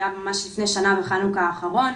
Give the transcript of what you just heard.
היה ממש לפני שנה בחנוכה האחרון.